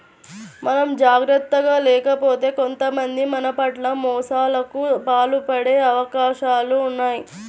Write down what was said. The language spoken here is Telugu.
మనం జాగర్తగా లేకపోతే కొంతమంది మన పట్ల మోసాలకు పాల్పడే అవకాశాలు ఉన్నయ్